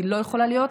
והיא לא יכולה להיות.